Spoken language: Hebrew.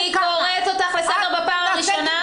אני קוראת אותך לסדר בפעם הראשונה.